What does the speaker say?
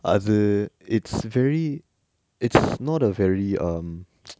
அது:athu it's very it's not a very um